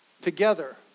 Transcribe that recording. Together